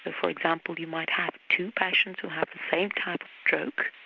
but for example you might have two patients who have the same type of stroke